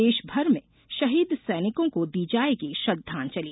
देश भर में शहीद सैनिकों को दी जायेगी श्रद्वांजलि